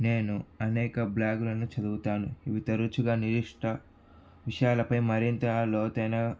నేను అనేక బ్లాగులను చదువుతాను ఇవి తరచుగా నిర్దిష్ట విషయాలపై మరింత లోతైన